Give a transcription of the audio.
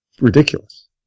ridiculous